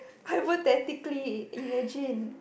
hypothetically imagine